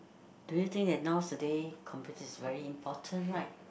do you think that nowadays computer is very important right